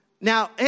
Now